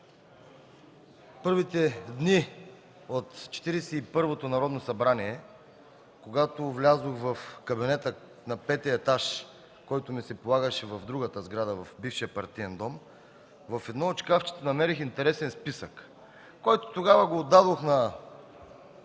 и първото Народно събрание, когато влязох в кабинета на петия етажа, който ми се полагаше в другата сграда – в бившия Партиен дом, в едно от шкафчетата намерих интересен списък, който тогава го отдадох може